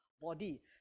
body